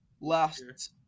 last